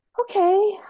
okay